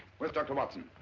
where's doctor watson?